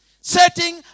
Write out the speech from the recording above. setting